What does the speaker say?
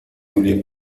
julia